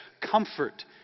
Comfort